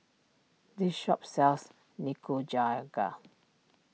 this shop sells Nikujaga